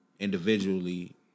individually